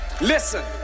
Listen